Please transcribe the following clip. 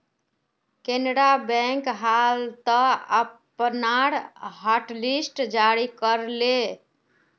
Canara bank हाल त अपनार हॉटलिस्ट जारी कर ले